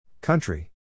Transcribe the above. Country